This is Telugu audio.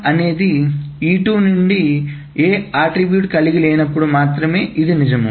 అనేది E2 నుండి ఏ లక్షణాన్నికలిగి లేనప్పుడు మాత్రమే ఇది నిజం